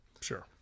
Sure